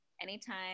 Anytime